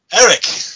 Eric